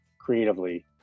creatively